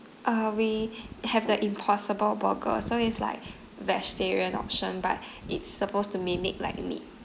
uh we have the impossible burger so it's like vegetarian option but it's supposed to mimic like meat